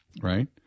right